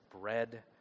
bread